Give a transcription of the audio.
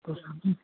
तो सब्ज़ी